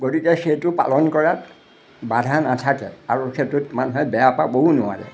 গতিকে সেইটো পালন কৰাত বাধা নাথাকে আৰু সেইটোত মানুহে বেয়া পাবও নোৱাৰে